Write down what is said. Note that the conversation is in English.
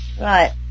right